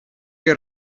que